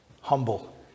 humble